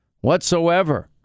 whatsoever